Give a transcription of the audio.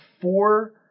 four